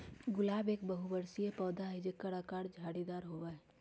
गुलाब एक बहुबर्षीय पौधा हई जेकर आकर झाड़ीदार होबा हई